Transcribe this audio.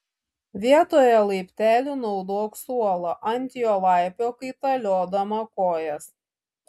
vietoje laiptelių naudok suolą ant jo laipiok kaitaliodama kojas